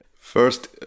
First